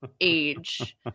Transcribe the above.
age